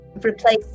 Replace